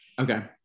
Okay